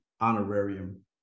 honorarium